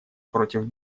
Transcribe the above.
против